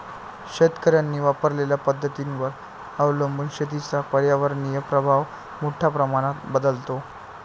शेतकऱ्यांनी वापरलेल्या पद्धतींवर अवलंबून शेतीचा पर्यावरणीय प्रभाव मोठ्या प्रमाणात बदलतो